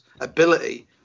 ability